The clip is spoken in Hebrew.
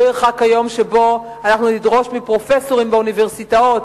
לא ירחק היום שבו אנחנו נדרוש מפרופסורים באוניברסיטאות